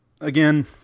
again